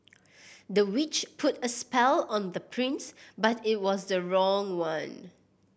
the witch put a spell on the prince but it was the wrong one